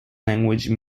language